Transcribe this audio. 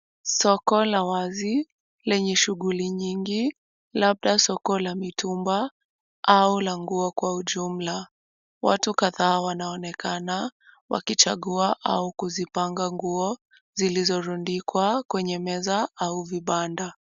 Soko la wazi lenye shughuli nyingi, labda soko la mitumba au la nguo kwa ujumla. Watu kadhaa wanaonekana wakichagua au kuzipanga nguo zilizorundikwa kwenye meza au vibanda.